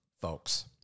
folks